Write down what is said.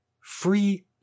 Free